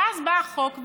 ואז בא החוק ואומר: